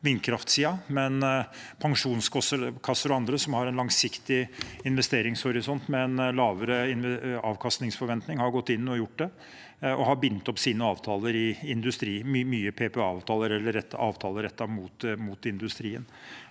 vindkraftsiden, men pensjonskasser og andre som har en langsiktig investeringshorisont med en lavere avkastningsforventning, har gått inn og gjort det, og bundet opp sine avtaler i industri, med mye PPA-avtaler eller avtaler rettet mot industrien.